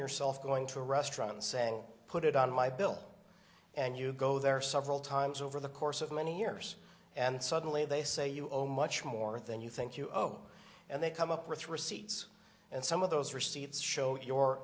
yourself going to a restaurant and saying put it on my built and you go there several times over the course of many years and suddenly they say you owe much more than you think you owe and they come up with receipts and some of those receipts